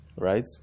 Right